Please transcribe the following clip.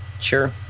Sure